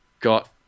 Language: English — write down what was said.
got